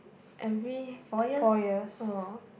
every four years oh